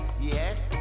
yes